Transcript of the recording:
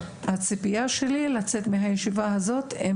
הציפייה שלי היא לצאת מהישיבה הזאת עם